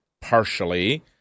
partially